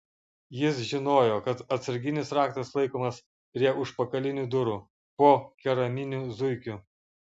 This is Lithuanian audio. jis žinojo kad atsarginis raktas laikomas prie užpakalinių durų po keraminiu zuikiu